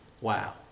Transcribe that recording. Wow